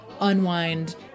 unwind